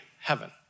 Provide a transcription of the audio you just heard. heaven